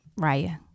Raya